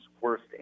worst